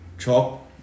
Chop